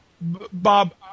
Bob